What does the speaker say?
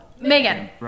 Megan